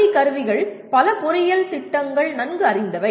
D கருவிகள் பல பொறியியல் திட்டங்கள் நன்கு அறிந்தவை